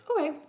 Okay